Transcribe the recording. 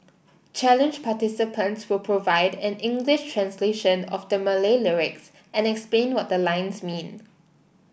challenge participants will provide an English translation of the Malay lyrics and explain what the lines mean